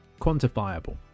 Quantifiable